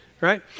right